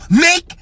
Make